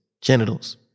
genitals